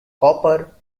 copper